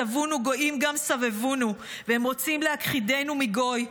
סבונו גויים גם סבבנו, והם רוצים להכחידנו מגוי.